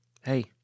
Hey